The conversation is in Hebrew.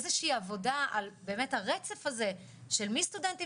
איזו שהיא עבודה על באמת הרצף הזה של מסטודנטים